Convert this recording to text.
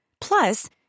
Plus